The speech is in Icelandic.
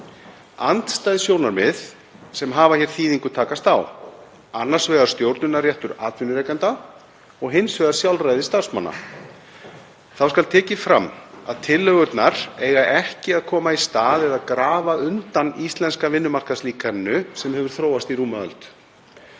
Andstæð sjónarmið sem hafa hér þýðingu takast á, annars vegar stjórnunarréttur atvinnurekanda og hins vegar sjálfræði starfsmanna. Þá skal tekið fram að tillögurnar eiga ekki að koma í stað eða grafa undan íslenska vinnumarkaðslíkaninu sem hefur þróast í rúma öld.